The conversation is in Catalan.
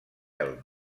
elm